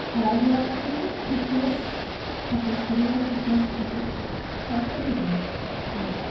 খেলাধুলা actually fitness থাকে শরীরেও ফিটনেস থাকে হ্যাঁ এইটুকুই ব্যাস